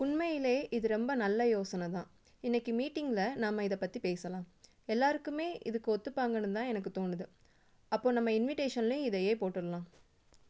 உண்மையிலே இது ரொம்ப நல்ல யோசனை தான் இன்றைக்கு மீட்டிங்ல நம்ம இதைப் பற்றி பேசலாம் எல்லாருக்குமே இதுக்கு ஒத்துப்பாங்கன்னு தான் எனக்கு தோணுது அப்போது நம்ம இன்விட்டேஷன்லையும் இதையே போட்டுடலாம்